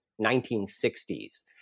1960s